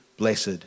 Blessed